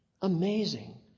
Amazing